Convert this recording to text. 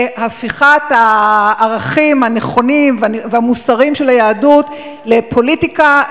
זה הפיכת הערכים הנכונים והמוסריים של היהדות לפוליטיקה,